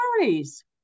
worries